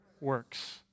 Works